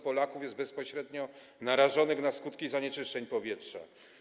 Polaków jest bezpośrednio narażonych na skutki zanieczyszczeń powietrza.